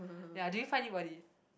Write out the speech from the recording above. ya do you find worth it